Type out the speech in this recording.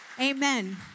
Amen